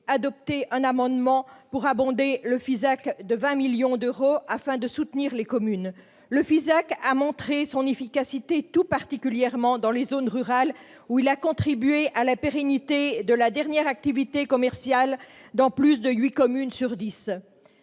tendant à abonder les crédits du FISAC de 20 millions d'euros, afin de soutenir les communes. Ce fonds a montré son efficacité, tout particulièrement dans les zones rurales, où il a contribué à la pérennisation de la dernière activité commerciale dans plus de huit communes sur dix.